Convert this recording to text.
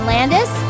Landis